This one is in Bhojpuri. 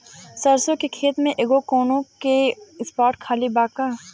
सरसों के खेत में एगो कोना के स्पॉट खाली बा का?